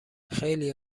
خیلی